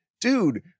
dude